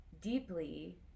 deeply